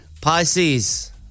pisces